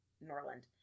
Norland